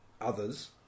others